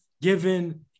given